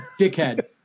Dickhead